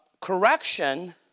correction